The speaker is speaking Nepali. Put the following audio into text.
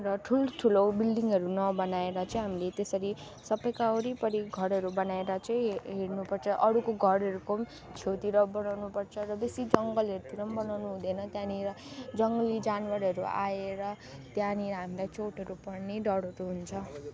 र ठुल ठुलो बिल्डिङहरू नबनाएर चाहिँ हामीले त्यसरी सबै कहाँ वरिपरि घरहरू बनाएर चाहिँ हेर्नुपर्छ अरूको घरहरूको छेउतिर बनाउनु पर्छ र बेसी जङ्गलहरूतिर पनि बनाउनु हुँदैन त्यहाँनिर जङ्गली जानवरहरू आएर त्यहाँनिर हामीलाई चोटहरू पर्ने डरहरू हुन्छ